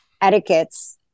etiquettes